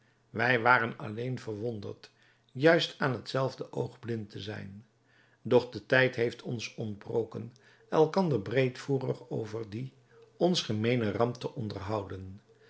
wij waren alleen verwonderd juist aan het zelfde oog blind te zijn doch de tijd heeft ons ontbroken elkander breedvoerig over die ons gemeene ramp te onderhouden